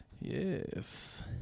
yes